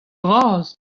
bras